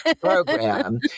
program